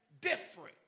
different